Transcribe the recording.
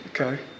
Okay